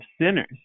sinners